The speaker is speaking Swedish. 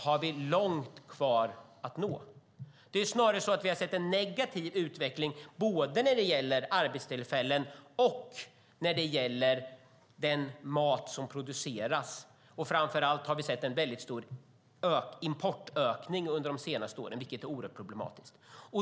Snarare har utvecklingen varit negativ både när det gäller arbetstillfällen och i fråga om den mat som produceras. Samtidigt har importen ökat under de senaste åren, vilket är problematiskt.